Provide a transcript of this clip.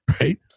right